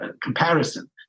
comparison